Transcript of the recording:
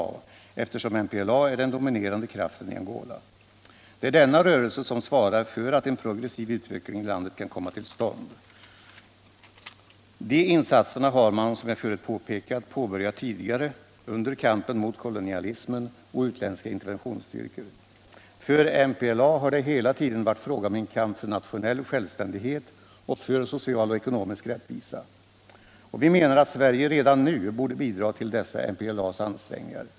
eftersom MPLA är den dominerande kraften i Angola. Det är denna rörelse som svarar för att en progressiv utveckling i landet kan komma till stånd. De insatserna har man, som jag förut påpekade, påbörjat tidigare, under kampen mot kolonialismen och utländska interventionsstyrkor. För MPLA har det hela tiden varit fråga om en kamp för nationell självständighet och för social och ekonomisk rättvisa. Vi menar att Sverige redan nu borde bidra till dessa MPLA:s ansträngningar.